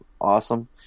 Awesome